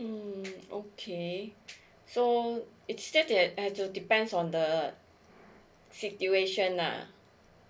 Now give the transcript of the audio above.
mm okay so it's just it that it just depends on the situation nah